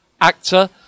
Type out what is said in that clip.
actor